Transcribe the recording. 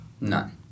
None